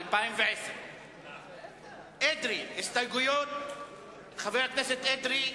לשנת 2010. הסתייגות חבר הכנסת אדרי,